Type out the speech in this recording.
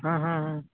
ಹಾಂ ಹಾಂ ಹಾಂ